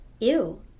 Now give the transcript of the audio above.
ew